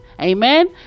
Amen